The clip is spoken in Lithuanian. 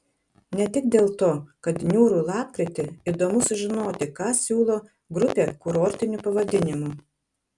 ne tik dėl to kad niūrų lapkritį įdomu sužinoti ką siūlo grupė kurortiniu pavadinimu